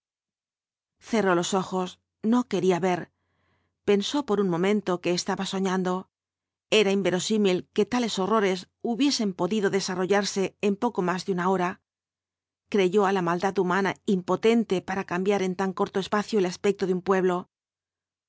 cascotes cerró los ojos no quería ver pensó por un momento que estaba soñando era inverosímil que tales horrores hubiesen podido desarrollarse en poco más de una hora creyó á la maldad humana impotente para cambiar en tan corto espacio el aspecto de un pueblo